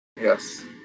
Yes